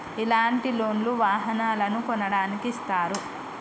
ఇలాంటి లోన్ లు వాహనాలను కొనడానికి ఇస్తారు